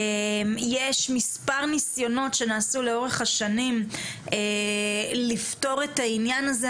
יש מס' ניסיונות שנעשו לאורך השנים לפתור את העניין הזה,